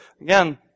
Again